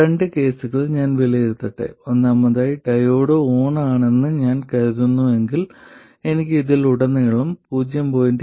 രണ്ട് കേസുകൾ ഞാൻ വിലയിരുത്തട്ടെ ഒന്നാമതായി ഡയോഡ് ഓൺ ആണെന്ന് ഞാൻ കരുതുന്നുവെങ്കിൽ എനിക്ക് ഇതിലുടനീളം 0